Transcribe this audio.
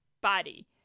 body